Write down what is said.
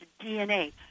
DNA